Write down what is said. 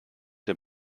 dem